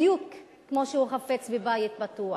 בדיוק כמו שהוא חפץ בבית בטוח.